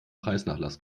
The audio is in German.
preisnachlass